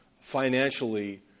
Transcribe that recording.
financially